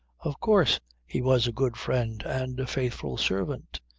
of course he was a good friend and a faithful servant.